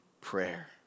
prayer